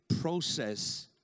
Process